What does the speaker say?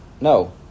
No